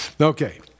Okay